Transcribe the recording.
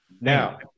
Now